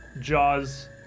Jaws